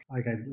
okay